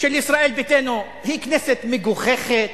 של ישראל ביתנו, היא כנסת מגוחכת,